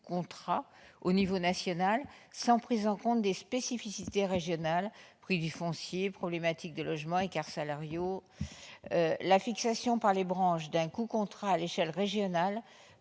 contrat au niveau national, sans prise en compte des spécificités régionales telles que le prix du foncier, les problématiques de logement ou les écarts salariaux. La fixation par les branches d'un coût au contrat à l'échelle régionale